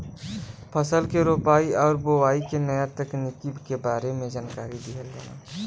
फसल के रोपाई आउर बोआई के नया तकनीकी के बारे में जानकारी दिहल जाला